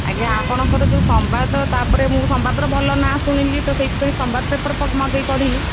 ଆଜ୍ଞା ଆପଣଙ୍କ ଯେଉଁ ସମ୍ବାଦ ତା'ପରେ ମୁଁ ସମ୍ବାଦର ଭଲ ନା ଶୁଣିଲି ତ ସେଇଥିପାଇଁ ସମ୍ବାଦ ପେପର୍ ମଗେଇ ପଢ଼ିଲି